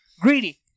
Greedy